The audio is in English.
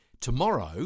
tomorrow